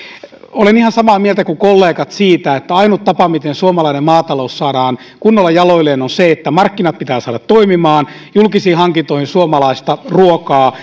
olen ihan samaa mieltä kuin kollegat siitä että ainut tapa miten suomalainen maatalous saadaan kunnolla jaloilleen on se että markkinat pitää saada toimimaan ja julkisiin hankintoihin suomalaista ruokaa